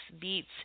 beets